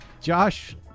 Josh